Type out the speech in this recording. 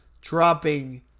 Dropping